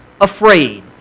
afraid